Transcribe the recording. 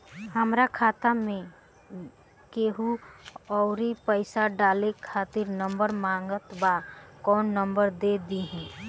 हमार खाता मे केहु आउर पैसा डाले खातिर नंबर मांगत् बा कौन नंबर दे दिही?